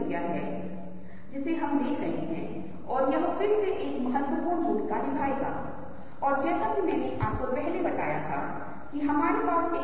कुछ रंग बेहद चमकीले होते हैं उदाहरण के लिए अगर आप रिश्ते को देखना चाहते हैं तो यहां पर बैंगनी रंग की तुलना में पीला बहुत उज्ज्वल है